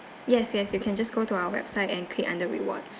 yes yes you can just go to our website and click under rewards